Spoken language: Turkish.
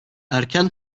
erken